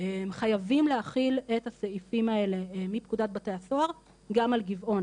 חייבים להחיל את הסעיפים האלה מפקודת בתי הסוהר גם על מתקן יהלו"ם.